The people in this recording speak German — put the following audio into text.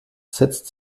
setzt